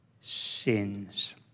sins